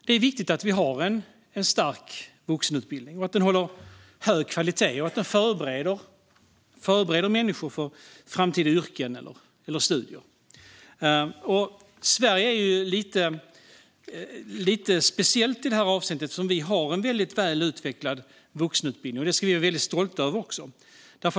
Det är viktigt att vi har en stark vuxenutbildning och att den håller hög kvalitet och förbereder människor för framtida yrken eller studier. Sverige är lite speciellt i det här avseendet. Vi har en väldigt väl utvecklad vuxenutbildning, och det ska vi vara väldigt stolta över.